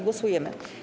Głosujemy.